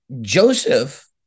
Joseph